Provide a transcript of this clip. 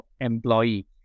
employee